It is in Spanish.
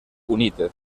united